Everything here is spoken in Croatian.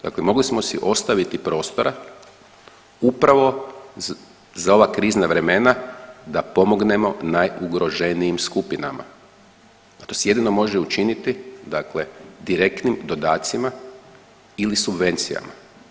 Dakle mogli smo si ostaviti prostora upravo za ova krizna vremena da pomognemo najugroženijim skupinama, a to se jedino može učiniti dakle direktnim dodacima ili subvencijama.